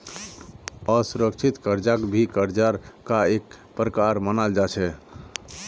असुरिक्षित कर्जाक भी कर्जार का एक प्रकार मनाल जा छे